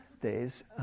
days